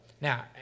Now